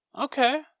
Okay